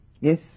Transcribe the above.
yes